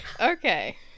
okay